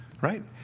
Right